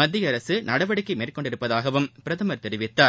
மத்திய அரசு நடவடிக்கை மேற்கொண்டுள்ளதாகவும் பிரதமர் தெரிவித்தார்